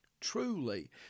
Truly